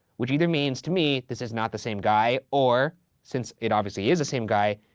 which either means to me, this is not the same guy, or since it obviously is the same guy,